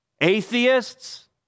Atheists